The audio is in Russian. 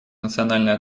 национальная